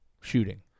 shooting